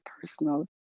personal